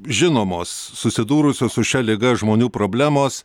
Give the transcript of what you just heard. žinomos susidūrusios su šia liga žmonių problemos